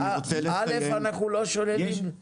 ראשית, אנחנו לא שוללים את זה.